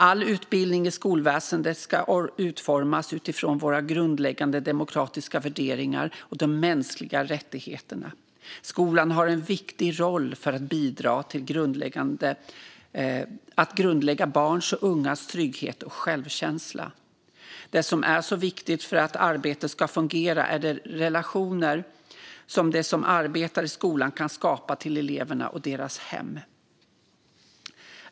All utbildning i skolväsendet ska utformas utifrån våra grundläggande demokratiska värderingar och de mänskliga rättigheterna. Skolan har en viktig roll för att bidra till att grundlägga barns och ungas trygghet och självkänsla. Det som är viktigt för att arbetet ska fungera är de relationer som de som arbetar i skolan kan skapa till eleverna och deras hem.